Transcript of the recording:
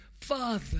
Father